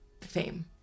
fame